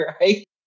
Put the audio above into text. right